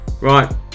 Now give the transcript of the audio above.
Right